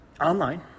online